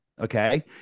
okay